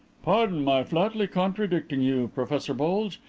pardon my flatly contradicting you, professor bulge.